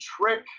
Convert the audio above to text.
trick